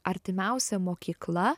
artimiausia mokykla